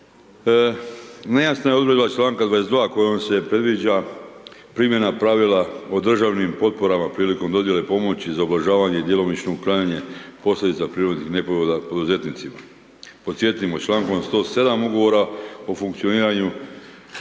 Nejasna je odredba čl. 22. kojom se predviđa primjena pravila o državnim potporama prilikom dodijele pomoći za ublažavanje i djelomično uklanjanje posljedica prirodnih nepogoda poduzetnicima. Podsjetimo, čl. 107. Ugovora o funkcioniranju